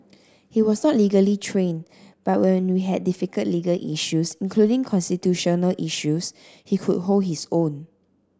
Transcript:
he was not legally trained but when we had difficult legal issues including constitutional issues he could hold his own